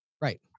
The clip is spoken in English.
Right